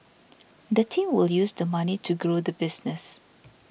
the team will use the money to grow the business